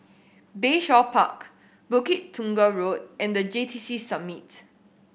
Bayshore Park Bukit Tunggal Road and The J T C Summit